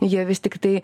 jie vis tiktai